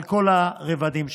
על כל הרבדים שלהן.